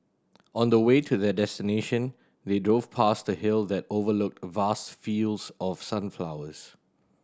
on the way to their destination they drove past a hill that overlooked vast fields of sunflowers